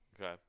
Okay